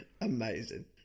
Amazing